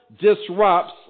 disrupts